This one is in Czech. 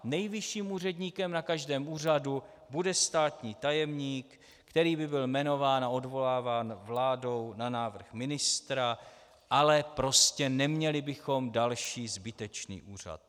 Nejvyšším úředníkem na každém úřadu bude státní tajemník, který by byl jmenován a odvoláván vládou na návrh ministra, ale prostě neměli bychom další zbytečný úřad.